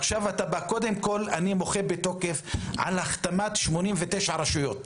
קודם כול, אני מוחה בתוקף על הכתמת 89 רשויות.